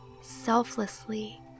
selflessly